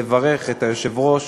לברך את היושב-ראש